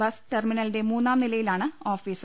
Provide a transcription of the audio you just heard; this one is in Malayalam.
ബസ് ടെർമിനലിന്റെ മൂന്നാം നിലയിലാണ് ഓഫീസ്